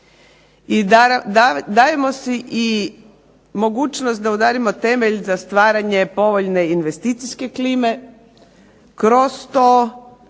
i dajemo si i mogućnost da udarimo temelj za stvaranje povoljne investicijske klime. Kroz to